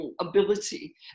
ability